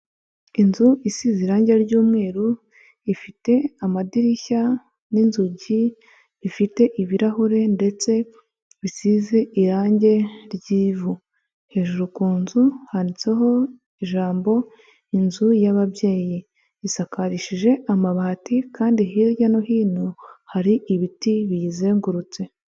Inzu isize irangi ry'umweru ifite amadirishya n'inzugi bifite ibirahure ndetse bisize irangi ry'ivu, hejuru ku nzu handitseho ijambo inzu y'ababyeyi isakarishije amabati kandi hirya no hino hari ibiti biyizengurutse.